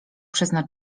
przezna